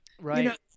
Right